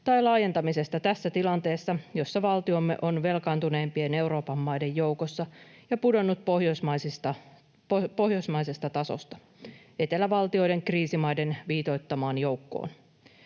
tai laajentamisesta tässä tilanteessa, jossa valtiomme on velkaantuneimpien Euroopan maiden joukossa ja pudonnut pohjoismaisesta tasosta etelävaltioiden kriisimaiden viitoittamaan joukkoon.